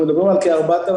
אנחנו מדברים על כ-4,000